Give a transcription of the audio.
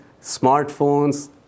smartphones